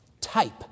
Type